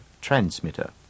transmitter